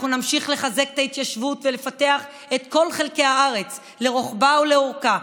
אנחנו נמשיך לחזק את ההתיישבות ולפתח את כל חלקי הארץ לרוחבה ולאורכה,